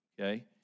okay